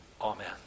Amen